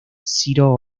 zero